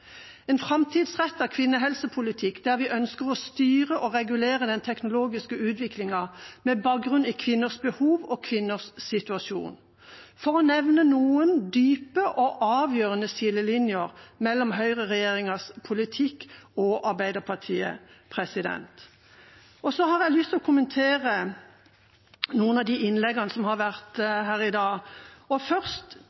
en framtidsrettet kvinnehelsepolitikk, der vi ønsker å styre og regulere den teknologiske utviklingen med bakgrunn i kvinners behov og kvinners situasjon – for å nevne noen dype og avgjørende skillelinjer mellom høyreregjeringas politikk og Arbeiderpartiets. Så har jeg lyst til å kommentere noen av de innleggene som har vært